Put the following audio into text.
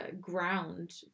ground